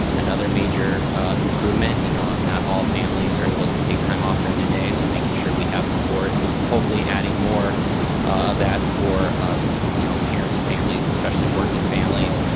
another major improvement. you know not all families are able to take time off during the day so making sure we have support and hopefully adding more of that for you know parents and families especially working families.